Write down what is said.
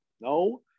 No